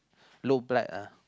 low blood ah